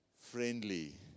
friendly